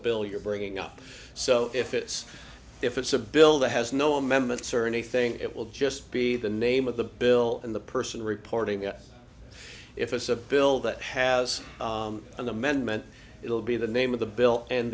bill you're bringing up so if it's if it's a bill that has no amendments or anything it will just be the name of the bill and the person reporting it if it's a bill that has an amendment it will be the name of the bill and